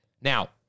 Now